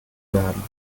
werden